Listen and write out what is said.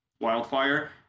wildfire